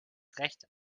recht